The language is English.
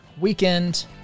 weekend